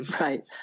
right